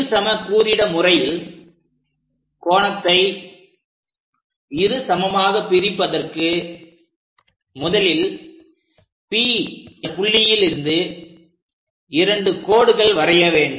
இரு சம கூறிட முறையில் கோணத்தை இரு சமமாக பிரிப்பதற்கு முதலில் P என்ற புள்ளியில் இருந்து இரண்டு கோடுகள் வரைய வேண்டும்